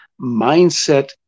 mindset